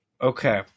Okay